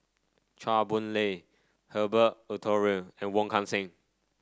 Chua Boon Lay Herbert Eleuterio and Wong Kan Seng